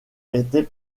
était